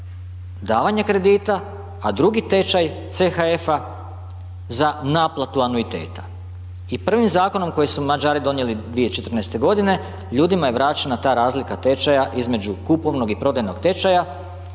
davanje kredita, a drugi tečaj CHF-a za naplatu anuiteta i prvim zakonom koji su Mađari donijeli 2014. godine ljudima je vraćena ta razlika tečaja između kupovnog i prodajnog tečaja